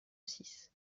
six